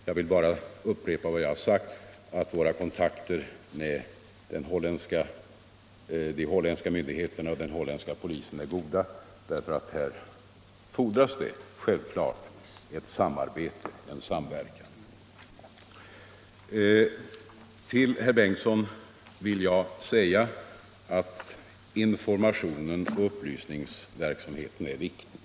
Jag vill bara upprepa vad jag har sagt tidigare att våra kontakter med de holländska myndigheterna och den holländska polisen är goda, och här fordras det självklart ett samarbete och en samverkan. Till herr Bengtsson i Göteborg vill jag säga att informationen och upplysningsverksamheten är viktig.